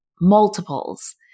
multiples